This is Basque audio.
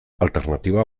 alternatiba